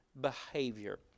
behavior